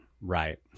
Right